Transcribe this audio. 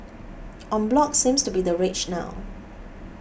en bloc seems to be the rage now